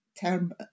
term